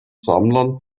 sammlern